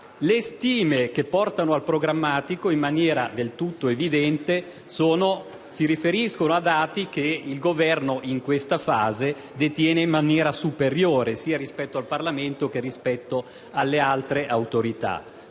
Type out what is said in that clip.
le stime che portano al quadro programmatico, in maniera del tutto evidente, si riferiscono a dati che il Governo, in questa fase, detiene in maniera superiore, sia rispetto al Parlamento, sia rispetto alle altre autorità.